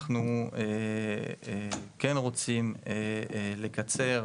אנחנו כן רוצים לקצר,